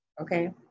Okay